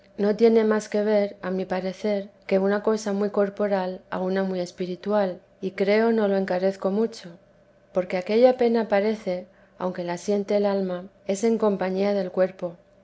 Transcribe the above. no tiene más que ver a mi parecer que una cosa muy corporal a una muy espiritual y creo no lo encarezco mucho porque aquella pena parece aunque la siente el alma es en compañía del cuerpo